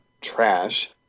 trash